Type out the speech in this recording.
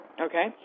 okay